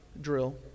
drill